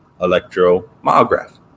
electromyograph